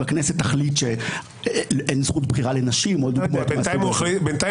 אם הכנסת תחליט שאין זכות בחירה לנשים או דברים מהסוג הזה --- בינתיים